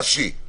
אשי,